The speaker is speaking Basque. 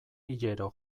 hilero